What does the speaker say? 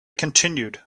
continued